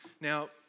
Now